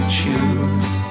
choose